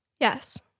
Yes